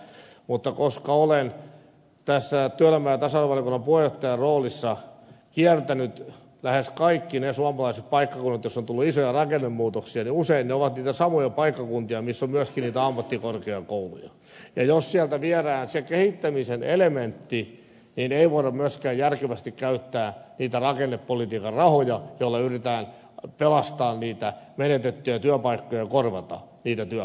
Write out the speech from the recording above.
mutta koska olen tässä työelämä ja tasa arvovaliokunnan puheenjohtajan roolissa kiertänyt lähes kaikki ne suomalaiset paikkakunnat joissa on tullut isoja rakennemuutoksia niin usein ne ovat niitä samoja paikkakuntia missä on myöskin niitä ammattikorkeakouluja ja jos sieltä viedään se kehittämisen elementti niin ei voida myöskään järkevästi käyttää niitä rakennepolitiikan rahoja joilla yritetään pelastaa niitä menetettyjä työpaikkoja ja korvata niitä työpaikkoja